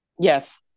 Yes